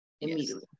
immediately